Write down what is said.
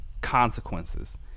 consequences